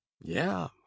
Yeah